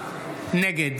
נגד